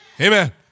amen